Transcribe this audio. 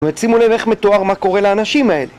זאת אומרת, שימו לב איך מתואר מה קורה לאנשים האלה